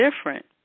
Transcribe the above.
different